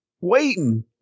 waiting